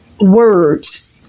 words